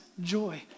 joy